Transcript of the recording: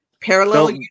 Parallel